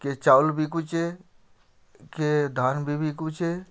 କେ ଚାଉଲ ବିକୁଛେ କେ ଧାନ ବିକୁଛେ